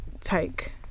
take